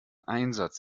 einsatz